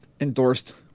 endorsed